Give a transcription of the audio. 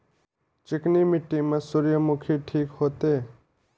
चिकनी मिट्टी में सूर्यमुखी ठीक होते?